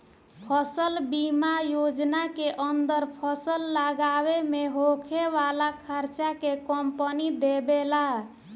फसल बीमा योजना के अंदर फसल लागावे में होखे वाला खार्चा के कंपनी देबेला